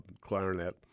clarinet